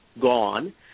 gone